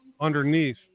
underneath